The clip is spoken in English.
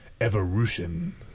evolution